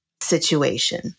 situation